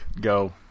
go